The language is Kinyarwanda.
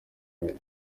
haye